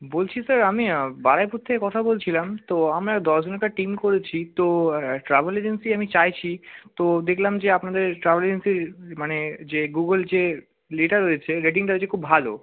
বলছি স্যার আমি বারোইপুর থেকে কথা বলছিলাম তো আমরা দশজন একটা টিম করেছি তো ট্রাভেল এজেন্সি আমি চাইছি তো দেখলাম যে আপনাদের ট্রাভেল এজেন্সির মানে যে গুগল যে ইয়েটা রয়েছে রেটিংটা রয়েছে খুব ভালো